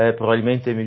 probabilmente